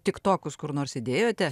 tik tokus kur nors įdėjote